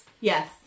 yes